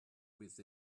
with